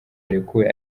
yarekuwe